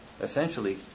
essentially